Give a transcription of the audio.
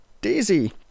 Daisy